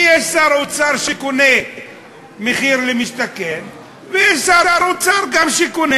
ויש שר אוצר שקונה מחיר למשתכן, ויש שר אוצר, גם,